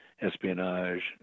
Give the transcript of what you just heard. espionage